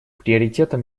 приоритетом